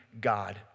God